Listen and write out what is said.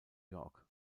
york